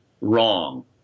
wrong